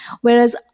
Whereas